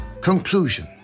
Conclusion